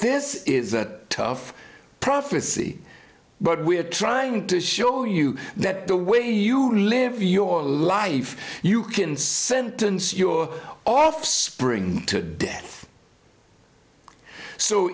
this is a tough prophecy but we are trying to show you that the way you live your life you can sentence your offspring to death so